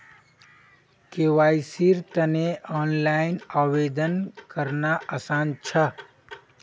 केवाईसीर तने ऑनलाइन आवेदन करना आसान छ